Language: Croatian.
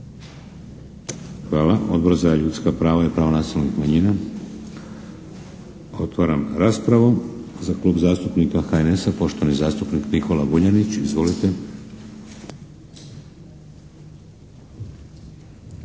Hvala. Odbor za ljudska prava i prava nacionalnih manjina? Otvaram raspravu. Za Klub zastupnika HNS-a poštovani zastupnik Nikola Vuljanić, izvolite.